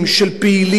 של פעילים,